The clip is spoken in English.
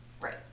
Right